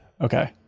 Okay